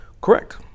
Correct